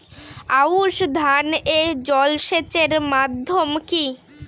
আউশ ধান এ জলসেচের মাধ্যম কি?